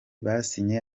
basinye